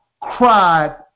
cried